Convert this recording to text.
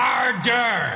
Harder